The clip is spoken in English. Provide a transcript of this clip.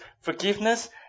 forgiveness